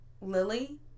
Lily